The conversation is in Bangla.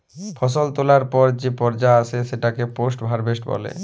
ফসল তোলার পর যে পর্যা আসে সেটাকে পোস্ট হারভেস্ট বলে